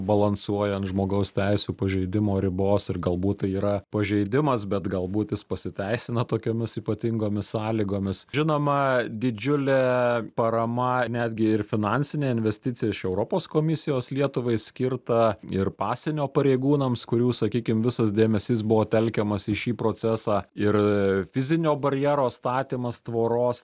balansuoja ant žmogaus teisių pažeidimo ribos ir galbūt tai yra pažeidimas bet galbūt jis pasiteisina tokiomis ypatingomis sąlygomis žinoma didžiulė parama netgi ir finansinė investicija iš europos komisijos lietuvai skirta ir pasienio pareigūnams kurių sakykim visas dėmesys buvo telkiamas į šį procesą ir fizinio barjero statymas tvoros